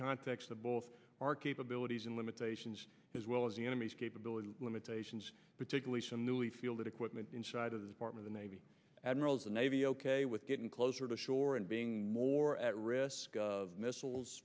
context of both our capabilities and limitations as well as the enemy's capability limitations particularly some newly fielded equipment inside of the part of the navy admirals the navy ok with getting closer to shore and being more at risk of missiles